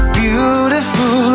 beautiful